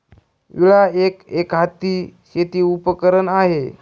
विळा एक, एकहाती शेती उपकरण आहे